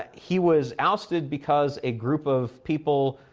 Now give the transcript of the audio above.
he was ousted because a group of people,